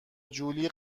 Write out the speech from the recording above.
جولی